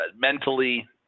mentally